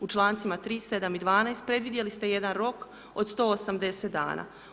U člancima 3., 7. i 12. predvidjeli ste jedan rok od 180 dana.